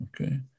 Okay